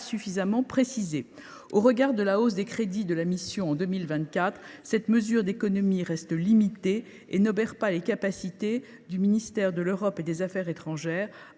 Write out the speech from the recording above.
suffisamment précisée. Au regard de la hausse des crédits de la mission en 2024, cette mesure d’économie reste limitée et n’obère pas les capacités du ministère de l’Europe et des affaires étrangères